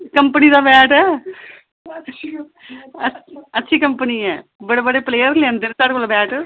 company दा bat ऐ अच्छी कंपनी ऐ बड़े बड़े प्लेयर लैंदे न बैट